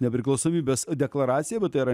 nepriklausomybės deklaraciją bet tai yra